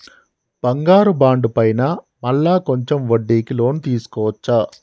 బంగారు బాండు పైన మళ్ళా కొంచెం వడ్డీకి లోన్ తీసుకోవచ్చా?